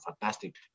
fantastic